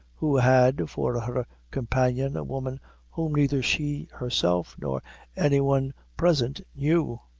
who had for her companion a woman whom neither she herself nor any one present knew.